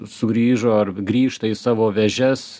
sugrįžo ar grįžta į savo vėžes